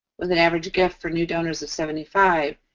with an average gift for new donors of seventy five